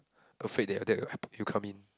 afraid that your dad will help he'll come in